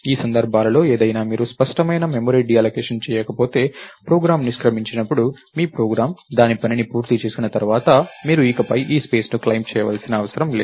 ఈ సందర్భాలలో ఏదైనా మీరు స్పష్టమైన మెమరీ డీఅల్లోకేషన్ చేయకపోతే ప్రోగ్రామ్ నిష్క్రమించినప్పుడు మీ ప్రోగ్రామ్ దాని పనిని పూర్తి చేసిన తర్వాత మీరు ఇకపై ఈ స్పేస్ ని క్లెయిమ్ చేయవలసిన అవసరం లేదు